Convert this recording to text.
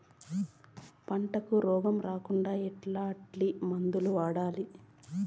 పంటకు రోగం రాకుండా ఎట్లాంటి మందులు వాడాలి?